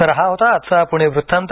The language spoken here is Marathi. तर हा होता आजचा पुणे वृत्तांत